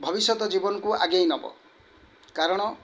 ଭବିଷ୍ୟତ ଜୀବନକୁ ଆଗେଇ ନବ କାରଣ